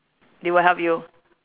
they will help you